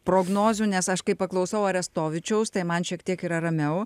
prognozių nes aš kai paklausau arestovičiaus tai man šiek tiek yra ramiau